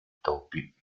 topi